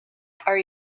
are